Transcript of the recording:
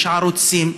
יש ערוצים,